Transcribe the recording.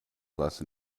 lesson